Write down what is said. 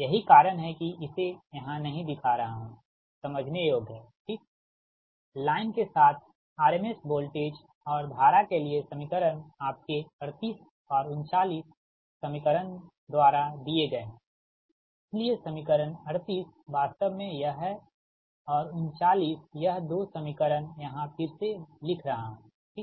यही कारण है कि इसे यहां नही दिखा रहा हूँ समझने योग्य है ठीक लाइन के साथ RMS वोल्टेज और धारा के लिए समीकरण आपके 38 और 39 समीकरण द्वारा दिए गए हैं इसलिए समीकरण 38 वास्तव में यह है और 39 यह दो समीकरण यहाँ फिर से लिख रहा हूँठीक